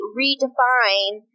redefine